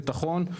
ביטחון.